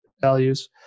values